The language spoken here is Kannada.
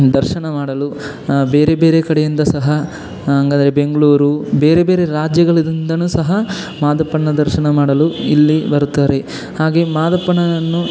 ದರ್ಶನ ಮಾಡಲು ಬೇರೆ ಬೇರೆ ಕಡೆಯಿಂದ ಸಹ ಹಂಗದ್ರೆ ಬೆಂಗಳೂರು ಬೇರೆ ಬೇರೆ ರಾಜ್ಯಗಳಿಂದಲೂ ಸಹ ಮಾದಪ್ಪನ ದರ್ಶನ ಮಾಡಲು ಇಲ್ಲಿ ಬರುತ್ತಾರೆ ಹಾಗೇ ಮಾದಪ್ಪನನ್ನು